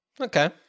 Okay